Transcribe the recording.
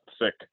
sick